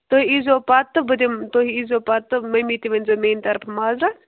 تُہۍ ییٖزیو پتہٕ تہٕ بہٕ دِمہٕ تُہۍ ییٖزیو پتہٕ تہٕ ممی تہِ ؤنۍ زیٚو میٛانہِ طرفہٕ مازرتھ